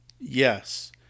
Yes